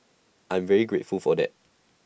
I'm very grateful for that